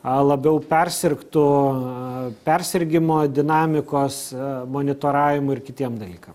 labiau persirgtu persirgimo dinamikos monitoravimui ir kitiem dalykam